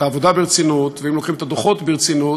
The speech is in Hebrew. העבודה ברצינות ואם לוקחים את הדוחות ברצינות,